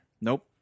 Nope